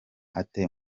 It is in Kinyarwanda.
ate